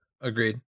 Agreed